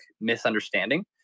misunderstanding